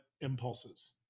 impulses